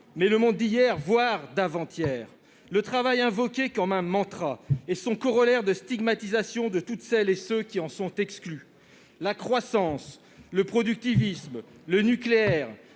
mais le monde d'hier, voire d'avant-hier. Le travail invoqué comme un mantra, son corollaire de stigmatisation de toutes celles et tous ceux qui en sont exclus, la croissance, le productivisme, le nucléaire